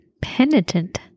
Penitent